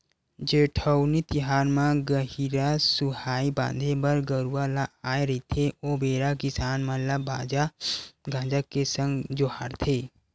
जेठउनी तिहार म गहिरा सुहाई बांधे बर गरूवा ल आय रहिथे ओ बेरा किसान मन ल बाजा गाजा के संग जोहारथे